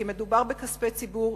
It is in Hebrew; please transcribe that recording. כי מדובר בכספי ציבור,